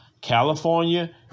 California